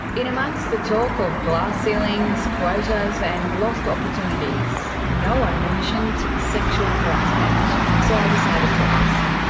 in amongst the talk of glass ceilings, quotas and lost opportunities, no one mentioned sexual harassment. so i decided to ask.